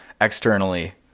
externally